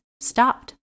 stopped